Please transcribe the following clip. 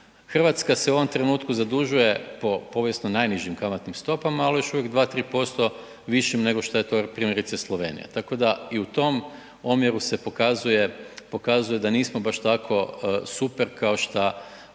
Hrvatska se u ovom trenutku zadužuje po povijesno najnižim kamatnim stopama ali još uvijek 2, 3% višim nego što je to primjerice Slovenija. Tako da i u tom omjeru se pokazuje, pokazuje da nismo baš tako super kao što